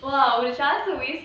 !wah! அவ:ava